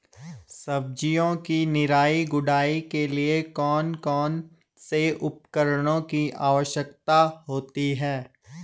सब्जियों की निराई गुड़ाई के लिए कौन कौन से उपकरणों की आवश्यकता होती है?